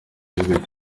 igihugu